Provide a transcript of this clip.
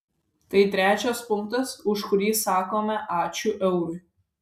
tai trečias punktas už kurį sakome ačiū eurui